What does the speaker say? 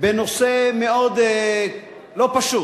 בנושא מאוד לא פשוט,